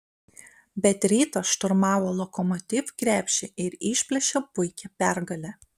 bet rytas šturmavo lokomotiv krepšį ir išplėšė puikią pergalę